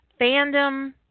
fandom